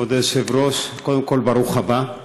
כבוד היושב-ראש, קודם כול, ברוך הבא.